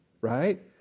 Right